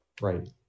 Right